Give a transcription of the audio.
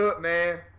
man